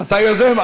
אתה יוזם?